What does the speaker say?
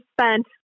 spent